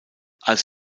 als